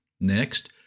Next